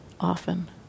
often